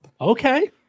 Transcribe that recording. okay